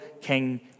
King